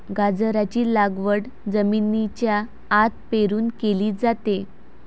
गाजराची लागवड जमिनीच्या आत पेरून केली जाते